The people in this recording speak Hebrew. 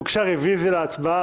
הוגשה רביזיה להצבעה.